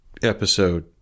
episode